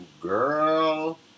girl